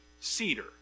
cedar